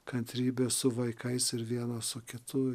kantrybę su vaikais ir vienas su kitu